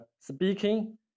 speaking